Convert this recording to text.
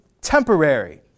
temporary